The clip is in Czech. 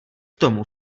tomu